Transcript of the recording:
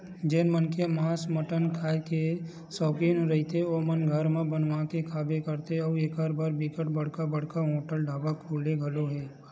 जेन मनखे ह मांस मटन खांए के सौकिन रहिथे ओमन घर म बनवा के खाबे करथे अउ एखर बर बिकट बड़का बड़का होटल ढ़ाबा खुले घलोक हे